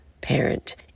parent